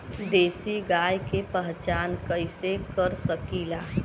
देशी गाय के पहचान कइसे कर सकीला?